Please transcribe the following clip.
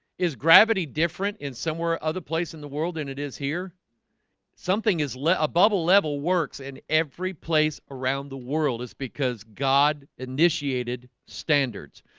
is gravity different in somewhere other place in the world and it is here something is a bubble level works in every place around the world is because god initiated standards,